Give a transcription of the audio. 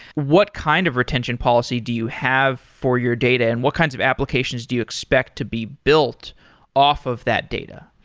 what kind of retention policy do you have for your data and what kinds of applications do you expect to be built off of that data?